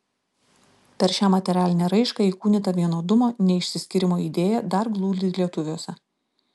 per šią materialinę raišką įkūnyta vienodumo neišsiskyrimo idėja dar glūdi lietuviuose